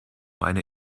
eine